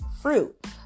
fruit